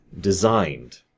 designed